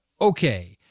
Okay